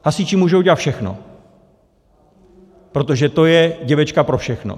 Hasiči můžou dělat všechno, protože to je děvečka pro všechno.